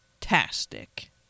fantastic